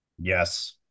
Yes